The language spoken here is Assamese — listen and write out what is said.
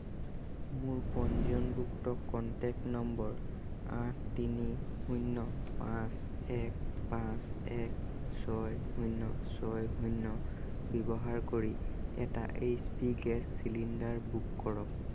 মোৰ পঞ্জীয়নভুক্ত কন্টেক্ট নম্বৰ আঠ তিনি শূন্য পাঁচ এক পাঁচ এক ছয় শুন্য ছয় শূন্য ব্যৱহাৰ কৰি এটা H P gas cylinder book কৰক